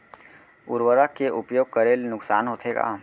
उर्वरक के उपयोग करे ले नुकसान होथे का?